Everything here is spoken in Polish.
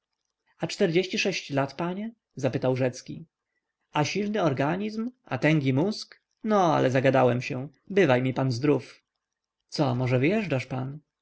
a czterdzieści sześć lat panie zapytał rzecki a silny organizm a tęgi mózg no ale zagadałem się bywaj mi pan zdrów co może wyjeżdżasz pan